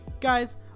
Guys